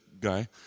guy